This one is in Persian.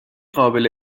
قابل